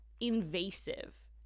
invasive